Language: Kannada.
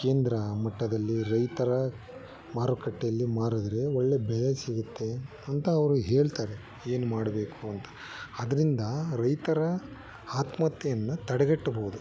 ಕೇಂದ್ರ ಮಟ್ಟದಲ್ಲಿ ರೈತರ ಮಾರುಕಟ್ಟೆಯಲ್ಲಿ ಮಾರಿದ್ರೆ ಒಳ್ಳೆ ಬೆಲೆ ಸಿಗುತ್ತೆ ಅಂತ ಅವರು ಹೇಳ್ತಾರೆ ಏನು ಮಾಡಬೇಕು ಅಂತ ಅದ್ರಿಂದ ರೈತರ ಆತ್ಮಹತ್ಯೆಯನ್ನು ತಡೆಗಟ್ಟಬೋದು ಅತಿ ಹೆಚ್ಚು